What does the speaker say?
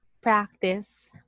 practice